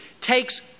takes